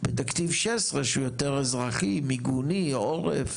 בתקציב 16, שהוא יותר אזרחי, מיגוני, עורף,